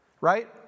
right